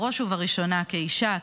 בראש ובראשונה כאישה,